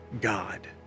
God